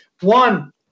One